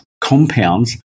compounds